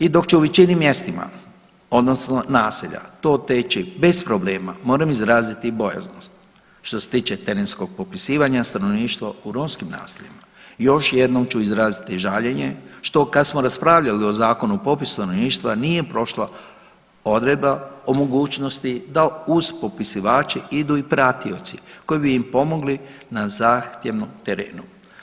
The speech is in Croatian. I dok će u većini mjestima odnosno naselja to teći bez problema moram izraziti bojaznost što se tiče terenskog popisivanja stanovništva u romskim naseljima još jednom ću izraziti žaljenje što kad smo raspravljali o Zakonu o popisu stanovništva nije prošla odredba o mogućnosti da uz popisivače idu i pratioci koji bi im pomogli na zahtjevnom terenu.